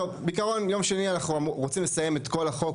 בעיקרון ביום שני אנחנו רוצים לסיים את כל החוק,